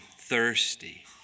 thirsty